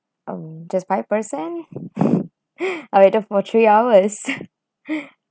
um just by person I waited for three hours